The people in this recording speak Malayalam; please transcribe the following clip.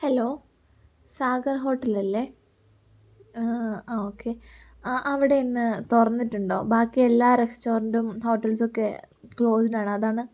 ഹലോ സാഗർ ഹോട്ടലല്ലെ ആ ഓക്കേ അവിടെ ഇന്ന് തുറന്നിട്ടുണ്ടോ ബാക്കി എല്ലാ റെസ്റ്റോന്റും ഹോട്ടേൽസും ഒക്കെ ക്ലോസ്ഡ് ആണ് അതാണ്